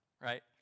right